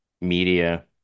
media